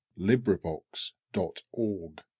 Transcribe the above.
LibriVox.org